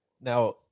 now